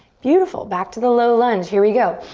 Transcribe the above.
beautiful. back to the low lunge, here we go.